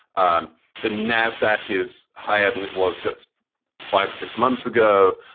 um the nasdaq is higher than it was just five or six months ago.